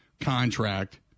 contract